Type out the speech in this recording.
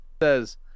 says